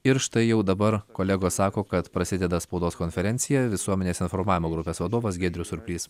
ir štai jau dabar kolegos sako kad prasideda spaudos konferencija visuomenės informavimo grupės vadovas giedrius surplys